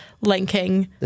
linking